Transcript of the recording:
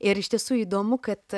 ir iš tiesų įdomu kad